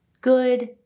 good